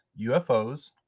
UFOs